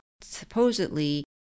supposedly